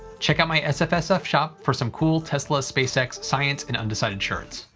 check out my sfsf shop for some cool tesla, space x, science, and undecided shirts.